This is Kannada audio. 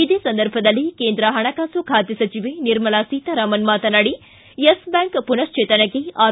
ಇದೇ ಸಂದರ್ಭದಲ್ಲಿ ಹಣಕಾಸು ಖಾತೆ ಸಚಿವೆ ನಿರ್ಮಲಾ ಸೀತಾರಾಮನ್ ಮಾತನಾಡಿ ಯೆಸ್ ಬ್ಯಾಂಕ್ ಮನಶ್ವೇತನಕ್ಕೆ ಆರ್